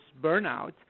burnout